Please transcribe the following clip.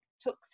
took